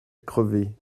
crevé